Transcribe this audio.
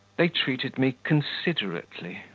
they treated me considerately,